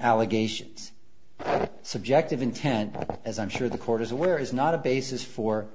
allegations of a subjective intent as i'm sure the court is aware is not a basis for